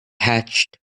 hatched